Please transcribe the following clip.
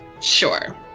sure